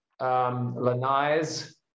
lanai's